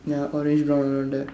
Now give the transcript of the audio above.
ya orange brown around there